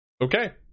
Okay